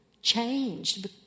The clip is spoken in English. changed